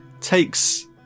takes